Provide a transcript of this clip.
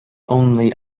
only